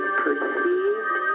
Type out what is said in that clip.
perceived